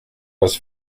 was